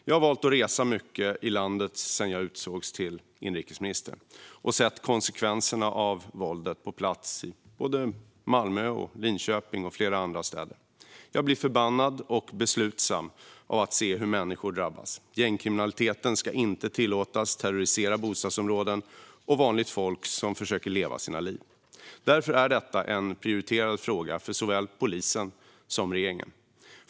Jag har valt att resa mycket i landet sedan jag utsågs till inrikesminister, och jag har sett konsekvenserna av våldet på plats såväl i Malmö och Linköping som i flera andra städer. Jag blir förbannad och beslutsam av att se hur människor drabbas. Gängkriminaliteten ska inte tillåtas terrorisera bostadsområden och vanligt folk som försöker leva sina liv. Därför är detta en prioriterad fråga för såväl polisen som regeringen.